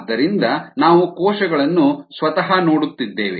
ಆದ್ದರಿಂದ ನಾವು ಕೋಶಗಳನ್ನು ಸ್ವತಃ ನೋಡುತ್ತಿದ್ದೇವೆ